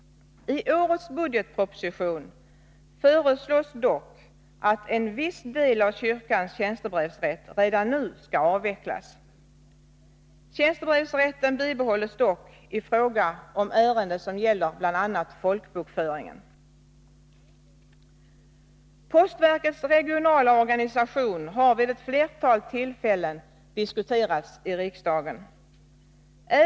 I årets budgetproposition föreslås dock att en viss del av kyrkans tjänstebrevsrätt redan nu skall avvecklas. Tjänstebrevsrätten bibehålls dock i fråga om ärenden som gäller bl.a. folkbokföringen. Postverkets regionala organisation har vid ett flertal tillfällen diskuterats i riksdagen.